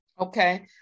okay